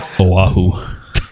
Oahu